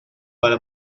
para